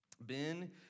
Ben